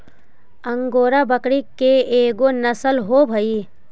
angora बकरी के एगो नसल होवऽ हई